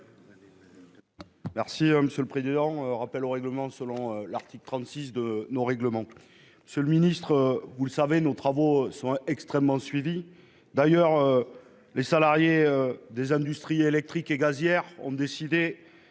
Monsieur le président, mon rappel au règlement se fonde sur l'article 36 de notre règlement. Monsieur le ministre, vous le savez, nos travaux sont extrêmement suivis. D'ailleurs, les salariés des industries électriques et gazières ont décidé,